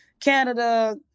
canada